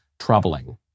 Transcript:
troubling